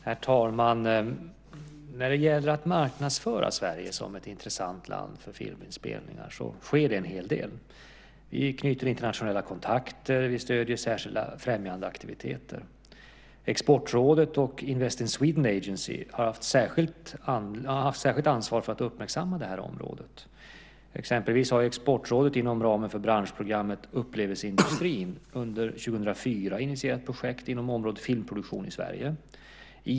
Herr talman! När det gäller att marknadsföra Sverige som ett intressant land för filminspelningar sker det en hel del. Vi knyter internationella kontakter. Vi stöder särskilda främjande aktiviteter. Exportrådet och Invest in Sweden Agency har haft särskilt ansvar för att uppmärksamma det här området. Exportrådet har inom ramen för branschprogrammet Upplevelseindustrin under 2004 initierat projekt inom området Filmproduktion i Sverige.